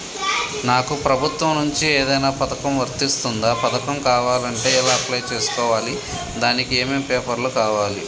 నాకు ప్రభుత్వం నుంచి ఏదైనా పథకం వర్తిస్తుందా? పథకం కావాలంటే ఎలా అప్లై చేసుకోవాలి? దానికి ఏమేం పేపర్లు కావాలి?